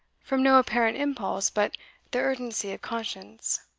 from no apparent impulse but the urgency of conscience.